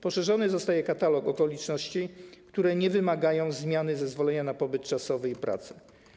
Poszerzony zostaje katalog okoliczności, które nie wymagają zmiany zezwolenia na pobyt czasowy i pracę.